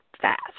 fast